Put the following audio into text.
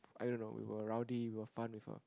I don't know we were rowdy we were fun with her